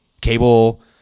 cable